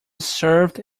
served